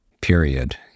period